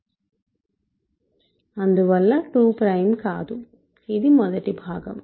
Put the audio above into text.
అందువల్ల 2 ప్రైమ్ కాదు ఇది మొదటి భాగం